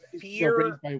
fear